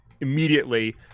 immediately